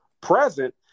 present